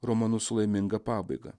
romanu su laiminga pabaiga